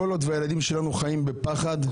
כל עוד שהילדים שלנו חיים בפחד,